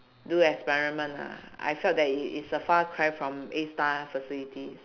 do experiment ah I felt that it it is a far cry from A-star facilities